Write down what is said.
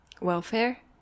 welfare